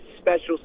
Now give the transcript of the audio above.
special